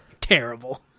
terrible